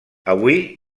avui